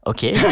Okay